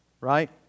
Right